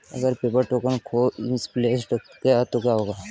अगर paper token खो misplaced गया तो क्या होगा?